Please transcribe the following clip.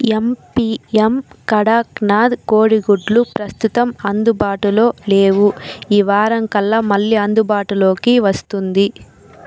ఎంపీఎం Kadaknath కోడి గుడ్లు ప్రస్తుతం అందుబాటులో లేవు ఈ వారం కల్లా మళ్ళీ అందుబాటులోకి వస్తుంది